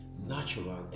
natural